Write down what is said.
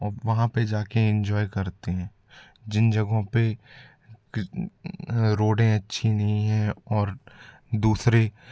आउ वहाँ पे जाके इन्जॉय करते हैं जिन जगहों पे की रोडें अच्छी नहीं है और दूसरे